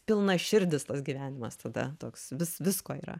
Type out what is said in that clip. pilnaširdis tas gyvenimas tada toks vis visko yra